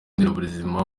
nderabuzima